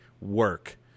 work